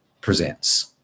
presents